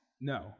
No